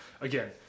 again